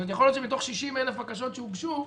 יכול להיות שמתוך 60 אלף בקשות שהוגשו,